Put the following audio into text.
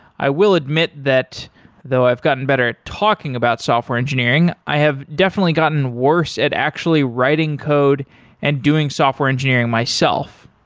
i will admit that though i've gotten better at talking about software engineering, i have definitely gotten worse at actually writing code and doing software engineering myself.